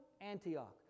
Antioch